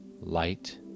light